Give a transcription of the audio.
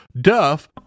Duff